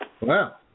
Wow